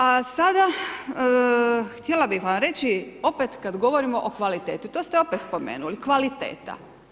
A sada, htjela bih vam reći opet kad govorimo o kvaliteti, to ste opet spomenuli, kvaliteta.